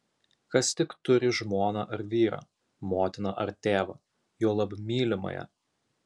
kas tik turi žmoną ar vyrą motiną ar tėvą juolab mylimąją